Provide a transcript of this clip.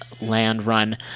land-run